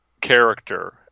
character